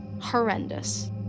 horrendous